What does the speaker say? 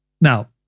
Now